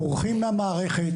בורחים מהמערכת.